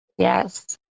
Yes